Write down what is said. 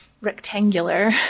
rectangular